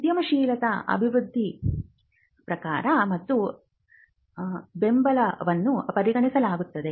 ಉದ್ಯಮಶೀಲತಾ ಅಭಿವೃದ್ಧಿಯ ಪ್ರಚಾರ ಮತ್ತು ಬೆಂಬಲವನ್ನು ಪರಿಗಣಿಸಲಾಗುತ್ತದೆ